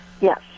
yes